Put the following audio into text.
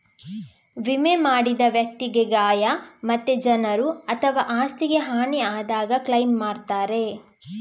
ವಿಮೆ ಮಾಡಿದ ವ್ಯಕ್ತಿಗೆ ಗಾಯ ಮತ್ತೆ ಜನರು ಅಥವಾ ಆಸ್ತಿಗೆ ಹಾನಿ ಆದಾಗ ಕ್ಲೈಮ್ ಮಾಡ್ತಾರೆ